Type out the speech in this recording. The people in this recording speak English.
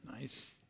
Nice